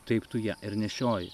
taip tu ją ir nešioji